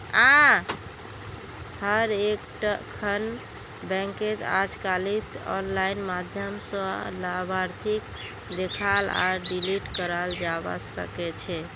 हर एकखन बैंकत अजकालित आनलाइन माध्यम स लाभार्थीक देखाल आर डिलीट कराल जाबा सकेछे